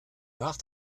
nach